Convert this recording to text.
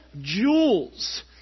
jewels